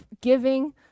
giving